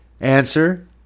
Answer